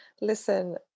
listen